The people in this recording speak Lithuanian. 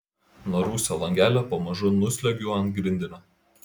nuo rūsio langelio pamažu nusliuogiu ant grindinio